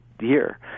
year